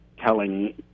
telling